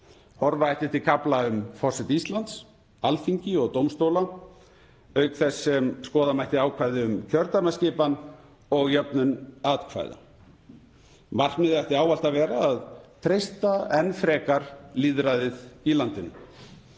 Horfa ætti til kafla um forseta Íslands, Alþingi og dómstóla auk þess sem skoða mætti ákvæði um kjördæmaskipan og jöfnun atkvæða. Markmiðið ætti ávallt að vera að treysta enn frekar lýðræðið í landinu.